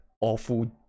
awful